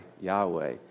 Yahweh